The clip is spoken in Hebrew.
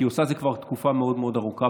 כי היא עושה את זה כבר תקופה מאוד מאוד ארוכה,